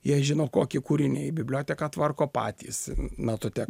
jie žino kokie kūriniai biblioteką tvarko patys matote